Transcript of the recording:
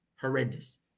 horrendous